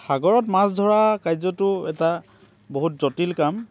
সাগৰত মাছ ধৰা কাৰ্যটো এটা বহুত জটিল কাম